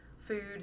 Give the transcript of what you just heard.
food